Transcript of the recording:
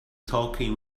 talking